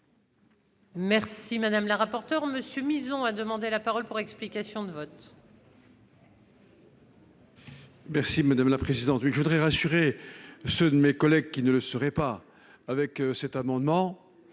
Merci madame la rapporteure monsieur mise, on a demandé la parole pour explication de vote. Merci madame la présidente, 8 je voudrais rassurer ceux de mes collègues qui ne le seraient pas avec cet amendement,